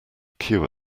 queue